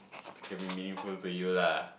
can be meaningful for you lah